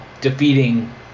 defeating